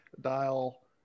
dial